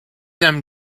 them